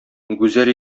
гүзәл